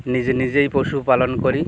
নিজে নিজেই পশুপালন করি